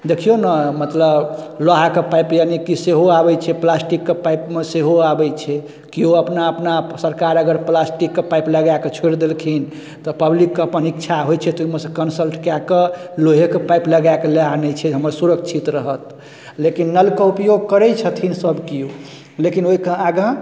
देखियौ ने मतलब लोहाके पाइप यानिकि सेहो आबै छै प्लास्टिकके पाइपमे सेहो आबै छै केओ अपना अपना सरकार अगर प्लास्टिकके पाइप लगाके छोड़ि देलखिन तऽ पब्लिकके अपन इच्छा होइ छै तऽ ओइमे सँ कंसल्ट कएके लोहेके पाइप लगा के लए आनै छै हमर सुरक्षित रहत लेकिन नलके उपयोग करै छथिन सब केओ लेकिन ओइके आँगा